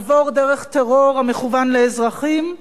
עבור דרך טרור המכוון לאזרחים,